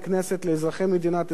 אל אזרחי מדינת ישראל,